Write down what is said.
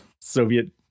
Soviet